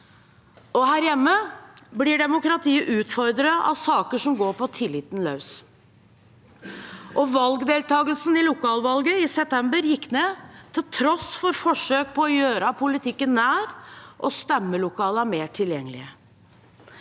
Her hjemme blir demokratiet utfordret av saker som går på tilliten løs. Valgdeltakelsen i lokalvalget i september gikk ned, til tross for forsøk på å gjøre politikken nær og stemmelokalene mer tilgjengelige.